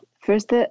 First